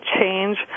change